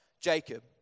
Jacob